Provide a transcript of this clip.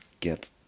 get